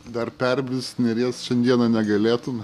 dar perbrist neries šiandieną negalėtumei